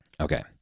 Okay